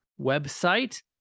website